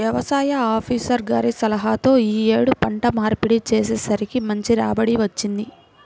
యవసాయ ఆపీసర్ గారి సలహాతో యీ యేడు పంట మార్పిడి చేసేసరికి మంచి రాబడి వచ్చింది